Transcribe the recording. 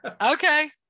Okay